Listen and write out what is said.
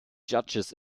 judges